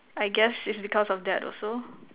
I guess it's because of that also